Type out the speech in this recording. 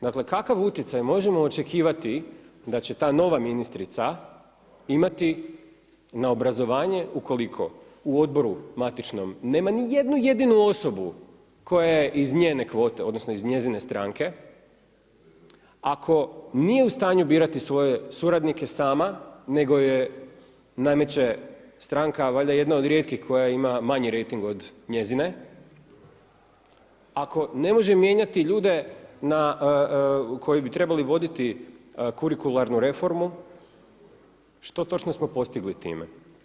Dakle kakav utjecaj možemo očekivati da će ta nova ministrica imati na obrazovanje ukoliko na odboru matičnom nema nijednu jedinu osobu koja je iz njene kvote odnosno iz njezine stranke, ako nije u stanju birati svoje suradnike sama nego je nameće stranka, a valjda je jedna od rijetkih koja ima manji rejting od njezine, ako ne može mijenjati ljude koji bi trebali voditi kurikularnu reformu, što točno smo postigli time?